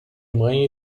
mãe